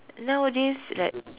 nowadays like